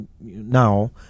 now